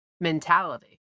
mentality